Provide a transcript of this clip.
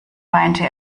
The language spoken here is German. weinte